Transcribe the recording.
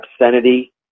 obscenity